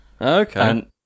Okay